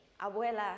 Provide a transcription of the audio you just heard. Abuela